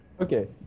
Okay